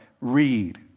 read